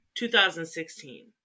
2016